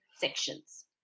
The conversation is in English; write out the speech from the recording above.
sections